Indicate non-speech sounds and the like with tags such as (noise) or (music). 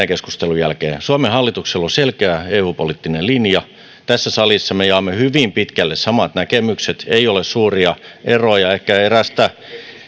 (unintelligible) keskustelun jälkeen että suomen hallituksella on selkeä eu poliittinen linja tässä salissa me jaamme hyvin pitkälle samat näkemykset ja ei ole suuria eroja ehkä erästä